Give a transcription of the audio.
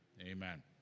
amen